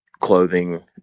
clothing